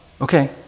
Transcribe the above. Okay